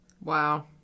Wow